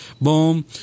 Boom